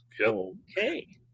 Okay